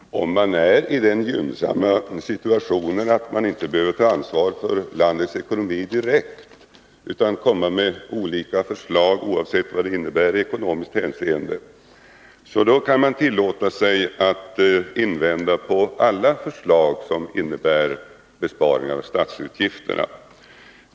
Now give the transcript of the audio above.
Fru talman! Om man är i den gynnsamma situationen att man inte behöver ta direkt ansvar för landets ekonomi utan kan komma med olika förslag oavsett vad de innebär i ekonomiskt hänseende, kan man tillåta sig att invända mot alla förslag som innebär besparingar i statsutgifterna.